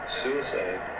suicide